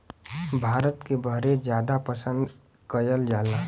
भारत के बहरे जादा पसंद कएल जाला